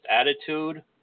attitude